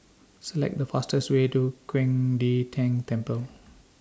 Select The fastest Way to Qing De Tang Temple